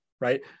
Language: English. right